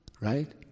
right